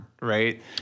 Right